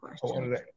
questions